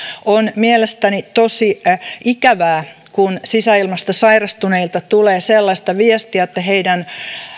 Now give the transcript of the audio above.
on mielestäni tosi ikävää kun sisäilmasta sairastuneilta tulee sellaista viestiä että heidän